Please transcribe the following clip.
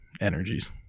energies